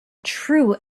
true